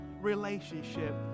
relationship